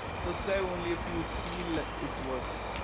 subscribe, only if you feel it's worth it.